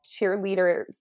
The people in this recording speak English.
cheerleaders